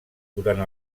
durant